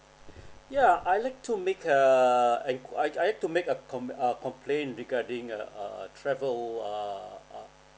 ya I like to make err en~ I I like to make a com~ uh complaint regarding uh a travel err uh